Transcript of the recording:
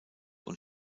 und